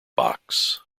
box